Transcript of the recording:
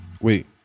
Wait